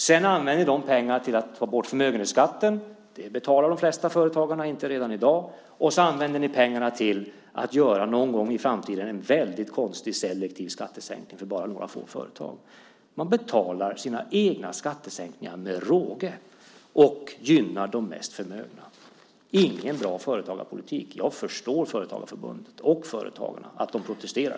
De pengarna använder ni sedan till att ta bort förmögenhetsskatten - något som de flesta företagare redan i dag inte betalar - och pengarna används till att någon gång i framtiden göra en väldigt konstig selektiv skattesänkning för bara några få företag. Man betalar sina egna skattesänkningar med råge och gynnar de mest förmögna. Det är ingen bra företagarpolitik. Jag förstår att Företagarförbundet och Företagarna högljutt protesterar.